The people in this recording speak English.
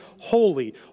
holy